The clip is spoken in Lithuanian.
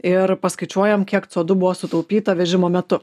ir paskaičiuojam kiek cė o du buvo sutaupyta vežimo metu